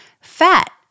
Fat